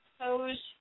pose